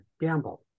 Gamble